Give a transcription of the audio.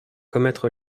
commettre